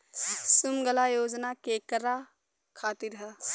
सुमँगला योजना केकरा खातिर ह?